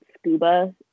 scuba